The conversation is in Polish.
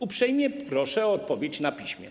Uprzejmie proszę o odpowiedź na piśmie.